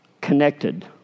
connected